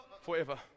forever